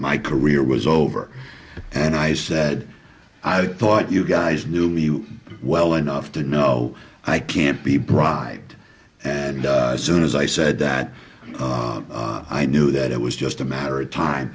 my career was over and i said i thought you guys knew me you well enough to know i can't be bribed and as soon as i said that i knew that it was just a matter of time